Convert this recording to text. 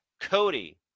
Cody